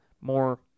more